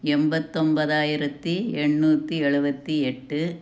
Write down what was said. எண்பத்தொன்பதாயிரத்தி எண்ணூற்றி எழுபத்தி எட்டு